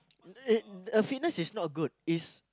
it a fitness is not good is